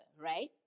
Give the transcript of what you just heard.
right